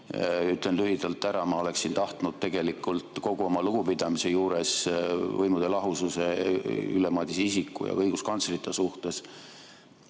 lühidalt ära, ma oleksin tahtnud tegelikult kogu oma lugupidamise juures võimude lahususe, Ülle Madise isiku ja ka õiguskantslerite suhtes